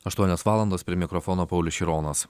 aštuonios valandos prie mikrofono paulius šironas